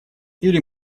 или